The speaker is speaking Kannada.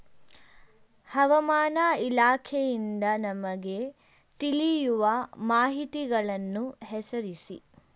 ಹವಾಮಾನ ಇಲಾಖೆಯಿಂದ ನಮಗೆ ತಿಳಿಯುವ ಮಾಹಿತಿಗಳನ್ನು ಹೆಸರಿಸಿ?